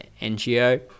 NGO